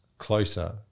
closer